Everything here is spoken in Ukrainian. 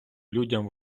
людям